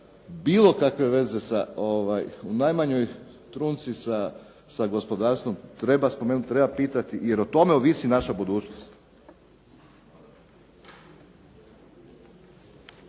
bilo kakve veze u najmanjoj trunci sa gospodarstvom treba spomenuti, treba pitati jer o tome ovisi naša budućnost.